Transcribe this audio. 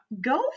Go